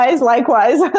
likewise